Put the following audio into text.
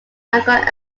argonne